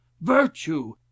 virtue